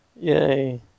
yay